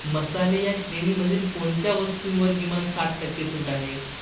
मसाले या श्रेणीमधील कोणत्या वस्तूंवर किमान साठ टक्के सूट आहे